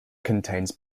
contains